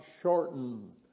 shortened